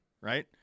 Right